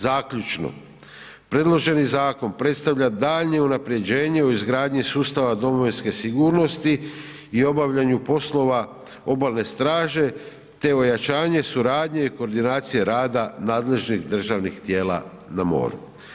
Zaključno, predloženi zakon predstavlja daljnje unapređenje u izgradnji sustava domovinske sigurnosti i obavljanju poslova obalne straže te ojačanje suradnje i koordinacija rada nadležnih državnih tijela na moru.